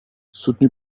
soutenu